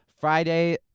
Friday